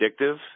addictive